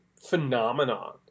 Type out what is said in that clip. phenomenon